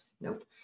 Nope